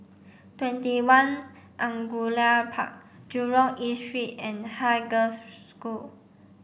TwentyOne Angullia Park Jurong East Street and Haig Girls' School